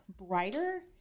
brighter